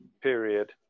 period